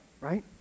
right